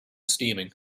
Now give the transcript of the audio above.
steaming